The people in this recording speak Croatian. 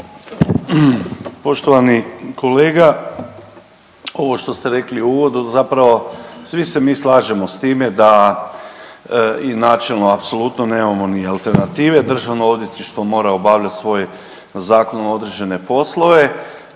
Poštovani kolega, ovo što ste rekli u uvodu zapravo svi se mi slažemo s time da i načelno apsolutno nemamo ni alternative Državno odvjetništvo mora obavljati svoje zakonom određene poslove,